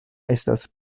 estas